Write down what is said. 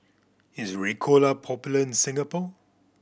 is Ricola popular in Singapore